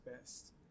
best